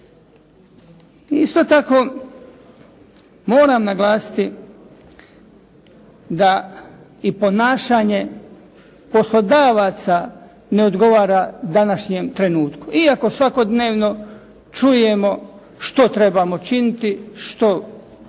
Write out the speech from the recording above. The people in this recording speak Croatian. Isto tako moram naglasiti, da i ponašanje poslodavaca ne odgovara današnjem trenutku. Iako svakodnevno čujemo što trebamo činiti, što moramo